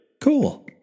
Cool